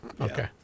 Okay